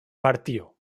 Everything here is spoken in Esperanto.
partio